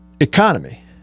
economy